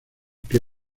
que